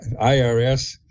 IRS